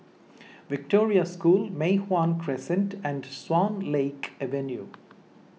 Victoria School Mei Hwan Crescent and Swan Lake Avenue